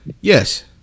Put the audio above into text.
Yes